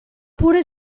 pure